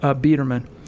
Biederman